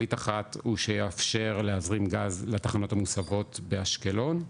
תכלית אחת הוא שהוא יאפשר להזרים גז לתחנות המוסבות באשקלון,